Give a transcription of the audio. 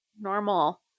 normal